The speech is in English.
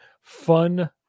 fun